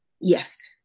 Yes